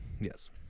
yes